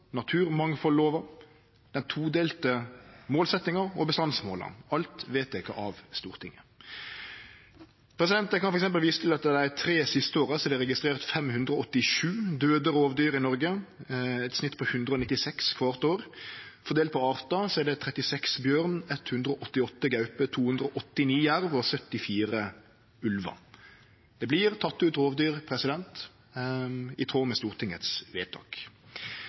den todelte målsetjinga og bestandsmåla – alt vedteke av Stortinget. Eg kan f.eks. vise til at det dei tre siste åra er registrert 587 daude rovdyr i Noreg, eit snitt på 196 kvart år. Fordelt på artar er det 36 bjørnar, 188 gauper, 289 jervar og 74 ulvar. Det vert teke ut rovdyr, i tråd med Stortingets vedtak.